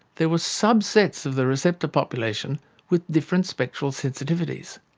there were sub-sets of the receptor population with different spectral sensitivities.